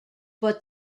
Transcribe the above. but